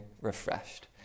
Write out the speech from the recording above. refreshed